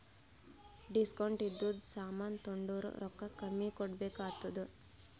discount ಇದ್ದಿದು ಸಾಮಾನ್ ತೊಂಡುರ್ ರೊಕ್ಕಾ ಕಮ್ಮಿ ಕೊಡ್ಬೆಕ್ ಆತ್ತುದ್